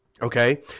Okay